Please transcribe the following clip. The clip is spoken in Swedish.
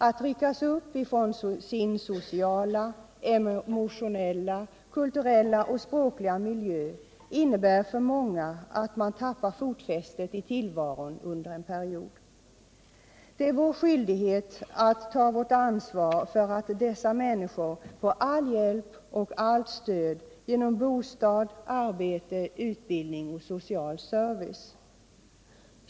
Att ryckas upp från sin sociala, emotionella, kulturella och språkliga miljö innebär för många att tappa fotfästet i tillvaron under en period. Det är vår skyldighet att ta vårt ansvar för att dessa människor får all hjälp och allt stöd genom bostad, arbete, utbildning och social service.